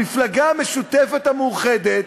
המפלגה המשותפת המאוחדת,